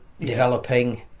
developing